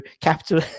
capital